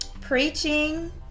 Preaching